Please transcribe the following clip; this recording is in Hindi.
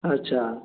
अच्छा